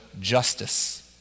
justice